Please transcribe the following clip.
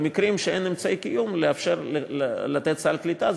במקרים שאין אמצעי קיום לאפשר לתת סל קליטה,